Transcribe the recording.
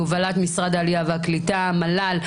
בהובלת משרד העלייה והקליטה ומל"ל.